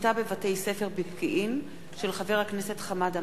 שביתה בבתי-ספר בפקיעין, של חבר הכנסת חמד עמאר.